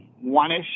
one-ish